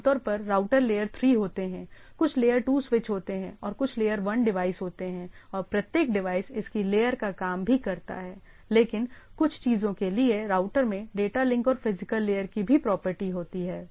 आमतौर पर router layer 3 होते हैं कुछ लेयर 2 स्विच होते हैं और कुछ लेयर 1 डिवाइस होते हैं और प्रत्येक डिवाइस इसकी लेयर का काम भी करता है लेकिन कुछ चीजों के लिए राउटर में डेटा लिंक और फिजिकल लेयर की भी प्रॉपर्टी होती है